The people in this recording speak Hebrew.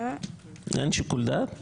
אין שיקול דעת?